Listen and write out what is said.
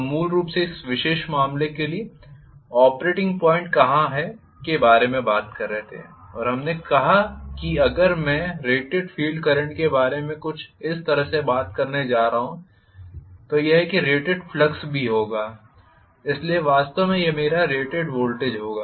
हम मूल रूप से इस विशेष मामले के लिए ऑपरेटिंग पॉइंट कहां है के बारे में बात कर रहे थे और हमने कहा कि अगर मैं रेटेड फील्ड करंट के बारे में कुछ इस तरह से बात करने जा रहा हूं तो यह है कि रेटेड फ्लक्स भी होगा इसलिए वास्तव में यह मेरा रेटेड वोल्टेज होगा